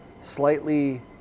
slightly